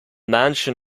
mansion